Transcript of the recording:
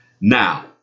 Now